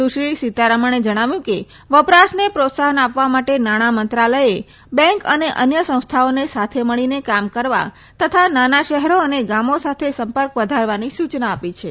સુશ્રી સીતારામણે જણાવ્યું કે વપરાશને પ્રોત્સાફન આપવા માટે નાણાં મંત્રાલયે બેંક અને અન્ય સંસ્થાઓને સાથે મળીને કામ કરવા તથા નાના શહેરો અને ગામો સાથે સંપર્ક વધારવાની સુચના આપી છે